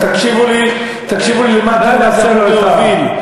תקשיבו לי למה הדיון הזה אמור להוביל.